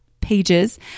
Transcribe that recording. pages